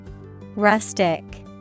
Rustic